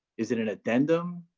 is it an addendum?